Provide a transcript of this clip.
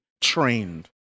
trained